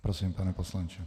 Prosím, pane poslanče.